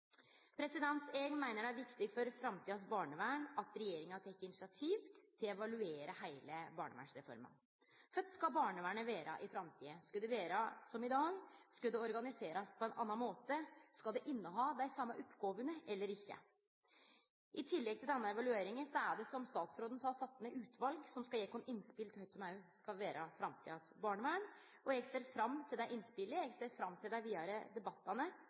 frå. Eg meiner det er viktig for framtidas barnevern at regjeringa har teke initiativ til å evaluere heile barnevernsreforma. Kva skal barnevernet vere i framtida? Skal det vere som i dag, skal det organiserast på ein annan måte, skal det ha dei same oppgåvene, eller ikkje? I tillegg til denne evalueringa er det, som statsråden sa, sett ned utval som skal gje oss innspel til kva som skal vere framtidas barnevern. Eg ser fram til dei innspela, og eg ser fram til dei vidare debattane